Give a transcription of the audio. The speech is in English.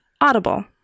Audible